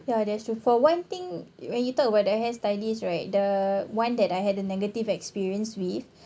ya that's true for one thing when you talk about their hair stylists right the one that I had the negative experience with